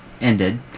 ended